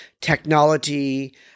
technology